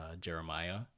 Jeremiah